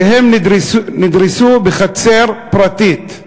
כי הם נדרסו בחצר פרטית,